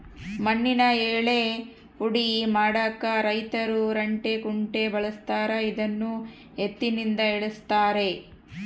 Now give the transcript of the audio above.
ಮಣ್ಣಿನ ಯಳ್ಳೇ ಪುಡಿ ಮಾಡಾಕ ರೈತರು ರಂಟೆ ಕುಂಟೆ ಬಳಸ್ತಾರ ಇದನ್ನು ಎತ್ತಿನಿಂದ ಎಳೆಸ್ತಾರೆ